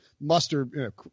muster